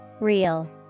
Real